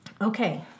Okay